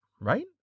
Right